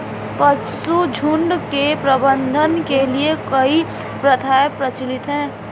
पशुझुण्ड के प्रबंधन के लिए कई प्रथाएं प्रचलित हैं